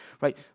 right